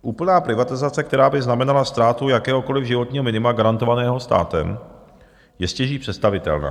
Úplná privatizace, která by znamenala ztrátu jakéhokoliv životního minima garantovaného státem, je stěží představitelná.